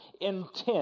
intent